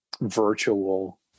virtual